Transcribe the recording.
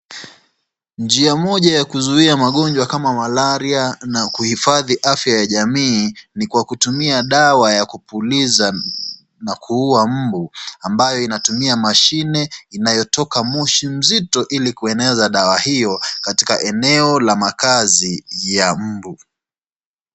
Njia moja ya kuzuia magonjwa kama malaria na kuhifadhi afya ya jamii ni kwa kutumia dawa ya kupuliza na kuua mbu ambayo inatumia mashine inayotoka moshi mzito ili kueneza dawa hiyo katika eneo la makazi ya mbu.